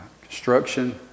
Construction